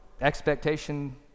expectation